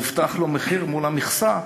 מובטח לו מחיר מול המכסה,